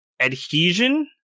adhesion